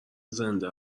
زنده